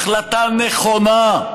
החלטה נכונה,